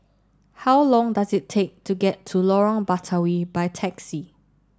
how long does it take to get to Lorong Batawi by taxi